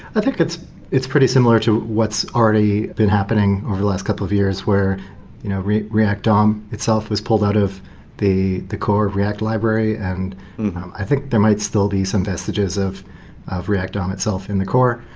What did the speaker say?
i think it's it's pretty similar to what's already been happening over the last couple of years where you know react dom um itself was pulled out of the the core of react library and i think there might still be some vestiges of of react dom itself in the core.